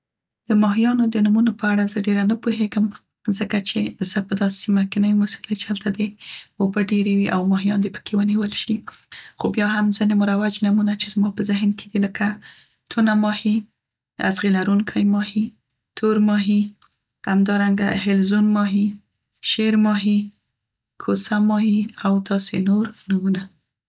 د ماهیانو د نومونه په اړه زه ډيره نه پوهیګم، ځکه چې زه په داسې سیمه کې نه یم اوسیدلې چې هلته دې اوبه ډیرې وي او ماهیان دې په کې ونیول شي، خو بیا هم ځينې مروج نومونه چې زما په ذهن کې دي، لکه تونه ماهي، ازغي لرونکی ماهي، تور ماهي، همدارنګه حلزون ماهي، شیرماهي، کوسه ماهي او داسې نور نومونه.